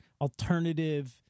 alternative